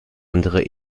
andere